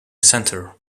center